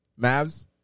Mavs